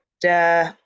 duh